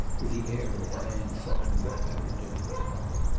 with the air of a man solving a very difficult problem.